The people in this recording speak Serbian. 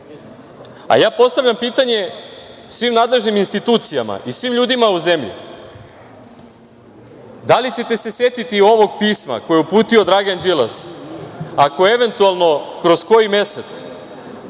zvuči. Postavljam pitanje svim nadležnim institucijama i svim ljudima u zemlji, da li ćete se setiti ovog pisma koje je uputio Dragan Đilas ako eventualno kroz koji mesec,